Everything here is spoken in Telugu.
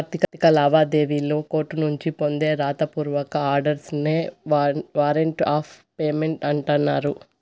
ఆర్థిక లావాదేవీల్లి కోర్టునుంచి పొందే రాత పూర్వక ఆర్డర్స్ నే వారంట్ ఆఫ్ పేమెంట్ అంటన్నారు